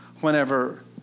whenever